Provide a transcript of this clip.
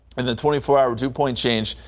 and the twenty four hour dew point change.